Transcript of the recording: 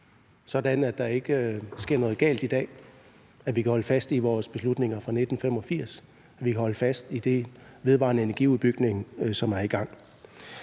sådan at der ikke sker noget galt i dag, og at vi kan holde fast i vores beslutninger fra 1985 og holde fast i den udbygning af vedvarende energi, som er i gang.